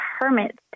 permits